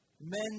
men